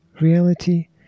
Reality